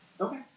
Okay